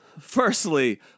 Firstly